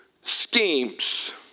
schemes